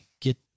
get